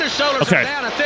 Okay